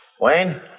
Wayne